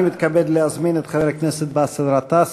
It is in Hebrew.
אני מתכבד להזמין את חבר הכנסת באסל גטאס,